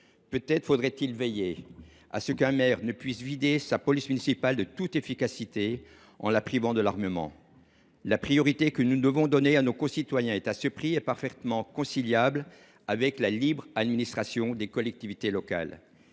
Peut être faudrait il s’assurer qu’un maire ne puisse pas vider sa police municipale de toute efficacité en la privant d’armement. La priorité que nous devons donner à nos concitoyens est à ce prix et parfaitement conciliable avec la libre administration des collectivités locales.